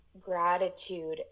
gratitude